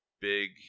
big